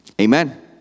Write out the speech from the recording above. Amen